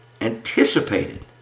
anticipated